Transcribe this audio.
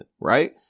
right